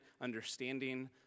understanding